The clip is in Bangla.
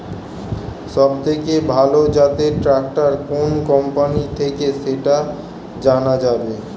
সবথেকে ভালো জাতের ট্রাক্টর কোন কোম্পানি থেকে সেটা জানা যাবে?